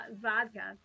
vodka